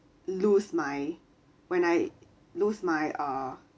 lose my when I lose my uh